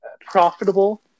profitable